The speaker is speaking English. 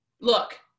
look